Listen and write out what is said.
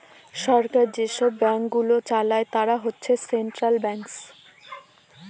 সরকার যেসব ব্যাঙ্কগুলো চালায় তারা হচ্ছে সেন্ট্রাল ব্যাঙ্কস